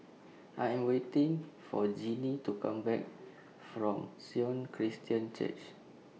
I Am waiting For Gennie to Come Back from Sion Christian Church